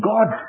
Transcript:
God